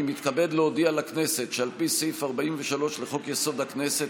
אני מתכבד להודיע לכנסת שעל פי סעיף 43 לחוק-יסוד: הכנסת,